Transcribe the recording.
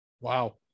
Wow